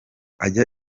ajya